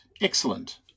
Excellent